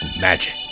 magic